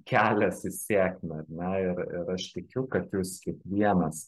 kelias į sėkmę ar ne ir ir aš tikiu kad jūs kiekvienas